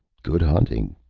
good hunting,